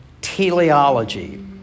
teleology